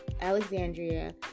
Alexandria